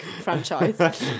franchise